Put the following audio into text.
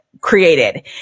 created